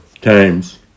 times